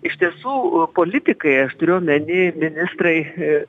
iš tiesų politikai aš turiu omeny ministrai